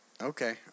Okay